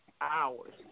hours